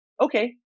okay